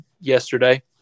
yesterday